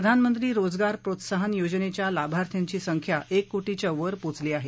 प्रधानमंत्री रोजगार प्रोत्साहन योजनेच्या लाभार्थ्यांची संख्या एक कोटीच्या वर पोचली आहे